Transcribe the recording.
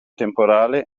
temporale